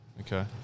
Okay